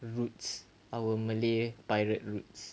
roots our malay pirate roots